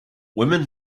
women